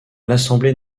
l’assemblée